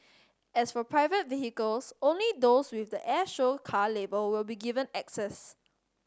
as for private vehicles only those with the air show car label will be given access